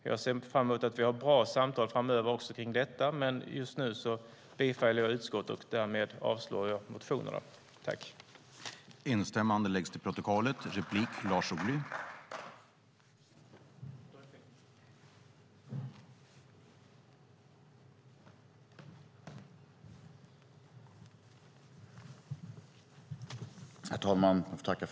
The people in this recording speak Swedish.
Jag ser fram emot att vi för bra samtal också framöver om detta, men just nu yrkar jag bifall till utskottets förslag och därmed avslag på motionerna. I detta anförande instämde Anna Steele .